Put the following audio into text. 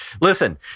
Listen